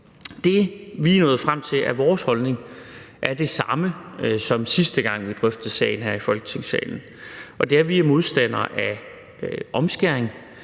Det, vi er nået frem til er vores holdning, er – ligesom sidste gang, da vi drøftede sagen her i Folketingssalen – at vi er modstandere af omskæring,